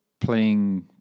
Playing